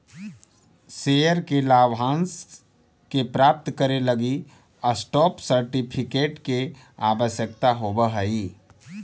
share के लाभांश के प्राप्त करे लगी स्टॉप सर्टिफिकेट के आवश्यकता होवऽ हइ